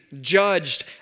judged